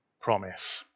promise